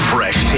Fresh